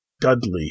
Dudley